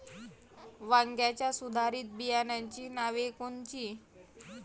वांग्याच्या सुधारित बियाणांची नावे कोनची?